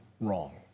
wrong